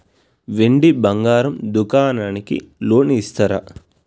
వెండి బంగారం దుకాణానికి లోన్ ఇస్తారా?